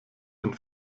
einen